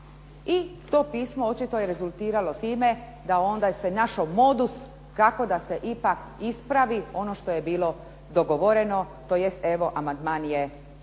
i to pismo je očito rezultiralo time da onda se našao modus kako da se ipak ispravi ono što je bilo dogovoreno, tj. Evo amandman je napisao